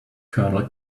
kernel